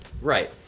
Right